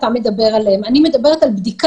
לא מדובר בעלות